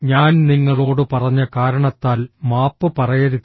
ഞാൻ നിങ്ങളോട് പറഞ്ഞ കാരണത്താൽ മാപ്പ് പറയരുത്